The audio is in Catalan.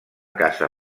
casa